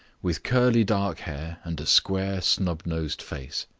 with curly dark hair and a square, snub-nosed face.